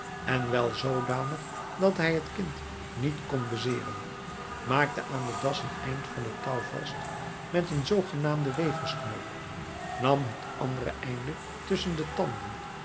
en wel zoodanig dat hij t kind niet kon bezeeren maakte aan den das een eind van het touw vast met een zoogenaamden weversknoop nam het andere einde tusschen de tanden